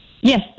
Yes